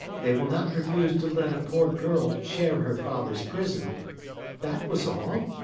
they will not refuse to let a poor girl share her father's prison that was all.